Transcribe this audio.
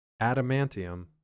Adamantium